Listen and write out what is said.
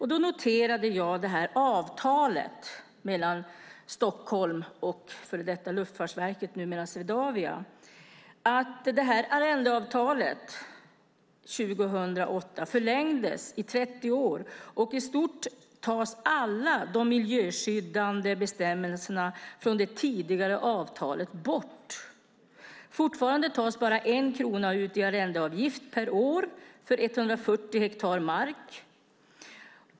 Jag noterade att arrendeavtalet 2008 mellan Stockholm och före detta Luftfartsverket, numera Swedavia, förlängdes i 30 år, och i stort tas alla de miljöskyddande bestämmelserna i det tidigare avtalet bort. Fortfarande tas bara 1 krona ut i arrendeavgift per år för 140 hektar mark.